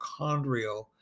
mitochondrial